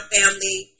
family